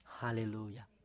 Hallelujah